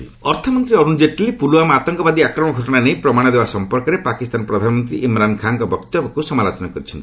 ଜେଟଲୀ ପୁଲୱାମା ଅର୍ଥମନ୍ତ୍ରୀ ଅରୁଣ ଜେଟଲୀ ପୁଲଓ୍ୱାମା ଆତଙ୍କବାଦୀ ଆକ୍ରମଣ ଘଟଣା ନେଇ ପ୍ରମାଣ ଦେବା ସଂପର୍କରେ ପାକିସ୍ତାନ ପ୍ରଧାନମନ୍ତ୍ରୀ ଇମ୍ରାନ ଖାଁଙ୍କ ବକ୍ତବ୍ୟକୁ ସମାଲୋଚନା କରିଛନ୍ତି